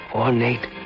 ornate